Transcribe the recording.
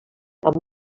amb